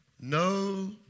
No